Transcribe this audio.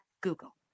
Google